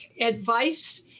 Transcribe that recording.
advice